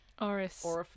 Oris